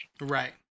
Right